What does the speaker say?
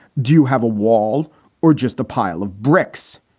do you have a wall or just a pile of bricks?